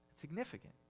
Significant